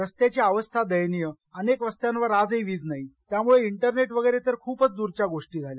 रस्त्यांची अवस्था दयनीय अनेक वस्त्यांवर आजही वीज नाही त्यामुळं इंटरनेट वगैरे तर खूपच दूरच्या गोष्टी झाल्या